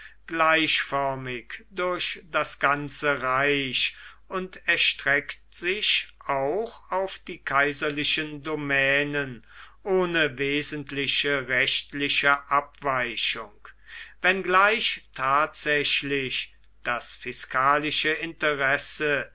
gleichförmig durch das ganze reich und erstreckt sich auch auf die kaiserlichen domänen ohne wesentliche rechtliche abweichung wenngleich tatsächlich das fiskalische interesse